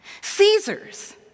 Caesar's